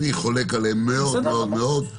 אני חולק עליהם מאוד מאוד.